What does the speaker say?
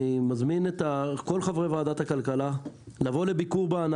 אני מזמין את כל חברי ועדת הכלכלה לבוא לביקור בענף.